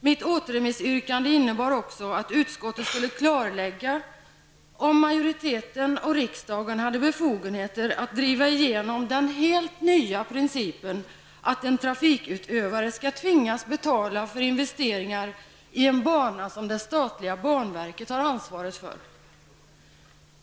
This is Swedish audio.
Mitt återremissyrkande innebar också att utskottet skulle klarlägga om majoriteten och riksdagen hade befogenheter att driva igenom den helt nya principen att en trafikutövare skall tvingas betala för investeringar i en bana som det statliga banverket har ansvaret för.